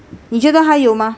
你觉得还有吗